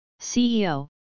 CEO